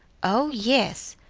oh yes,